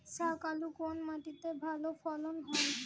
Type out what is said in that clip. শাকালু কোন মাটিতে ভালো ফলন হয়?